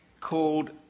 called